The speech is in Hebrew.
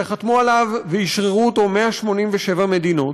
וחתמו עליו ואשררו אותו 187 מדינות,